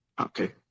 okay